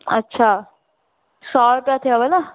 अच्छा सौ रूपिया थियव न